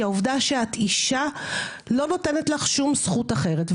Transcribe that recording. העובדה שאת אישה לא נותנת לך שום זכות אחרת,